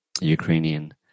Ukrainian